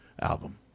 album